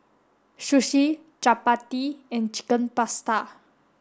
Sushi Chapati and Chicken Pasta